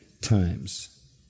times